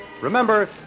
Remember